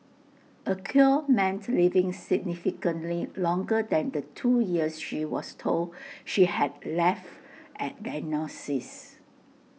A cure meant living significantly longer than the two years she was told she had left at diagnosis